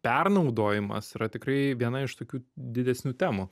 pernaudojimas yra tikrai viena iš tokių didesnių temų